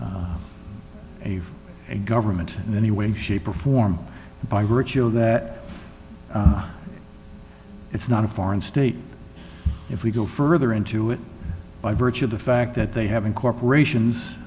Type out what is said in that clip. is a a a government in any way shape or form by virtue of that it's not a foreign state if we go further into it by virtue of the fact that they haven't corporations